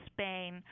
Spain